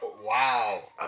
Wow